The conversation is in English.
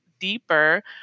deeper